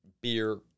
beer